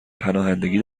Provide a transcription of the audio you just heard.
پناهندگی